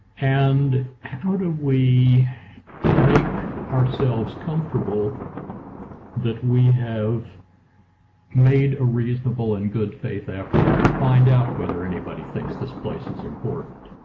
and how do we make ourselves comfortable that we have made a reasonable and good-faith effort to find out whether anybody thinks this place is important.